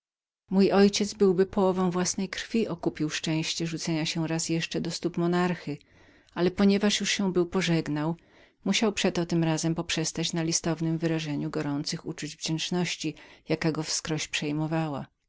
mój ojciec byłby połową własnej krwi okupił szczęście rzucenia się raz jeszcze do stóp monarchy ale ponieważ już się był pożegnał musiał przeto tymrazem poprzestać na listowem wyrażeniu gorących uczuć wdzięczności jaka go wskroś przejmowała